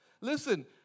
Listen